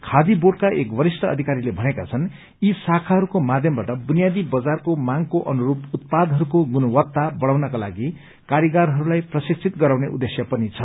खादी बोर्डका एक वरिष्ठ अधिकारीले भनेका छन् यी शाखाहरूको माध्यमबाट बुनियादी बजारको मागको अनुरूप उत्पादहरूको गुणवत्ता बढ़ाउनका लागि कारीगरहस्लाई प्रशिक्षित गराउने उद्देश्य पनि छ